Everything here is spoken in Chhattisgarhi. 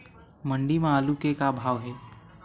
मंडी म आलू के का भाव हे?